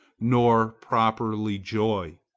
nor properly joy.